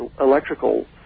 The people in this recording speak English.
electrical